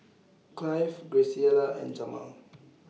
Clive Graciela and Jamaal